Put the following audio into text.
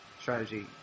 strategy